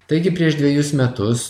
taigi prieš dvejus metus